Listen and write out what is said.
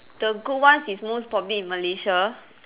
the good ones is most probably in Malaysia